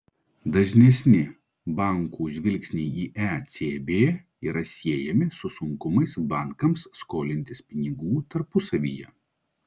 dažnesni bankų žvilgsniai į ecb yra siejami su sunkumais bankams skolintis pinigų tarpusavyje